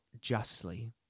justly